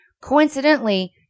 Coincidentally